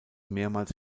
mehrmals